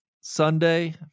Sunday